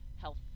health